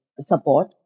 support